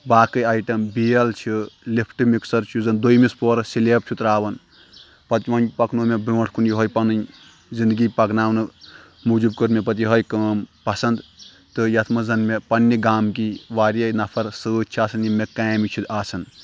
باقٕے اَیٹَم بیل چھِ لِفٹ مِکسَر چھُ یُس زَن دوٚیمِس پوہرَس سٕلیب چھِ ترٛاوان پَتہٕ وَنہِ پَکنوو مےٚ برٛونٛٹھ کُن یِہوٚے پَنٕنۍ زندگی پَکناونہٕ موٗجوٗب کٔر مےٚ پَتہٕ یِہوٚے کٲم پَسَنٛد تہٕ یَتھ منٛز زَنہٕ مےٚ پنٛنہِ گامکی وارِیے نفر سۭتۍ چھِ آسان یِم مےٚ کامہِ چھِ آسان